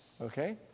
Okay